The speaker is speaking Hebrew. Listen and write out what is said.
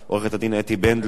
עורכת-הדין אתי בנדלר,